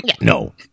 No